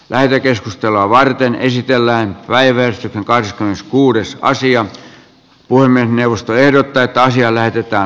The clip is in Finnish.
lähetekeskustelua varten esitellään kaiversi gais kans kuudes raisio voimme neuvosto ehdottaa että asia näytetään